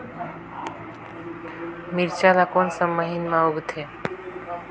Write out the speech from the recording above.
मिरचा ला कोन सा महीन मां उगथे?